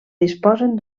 disposen